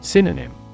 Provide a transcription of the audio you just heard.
Synonym